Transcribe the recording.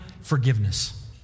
forgiveness